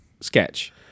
sketch